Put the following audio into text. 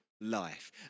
life